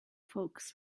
folks